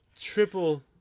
triple